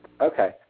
Okay